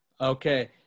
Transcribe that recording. Okay